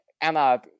Emma